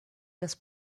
das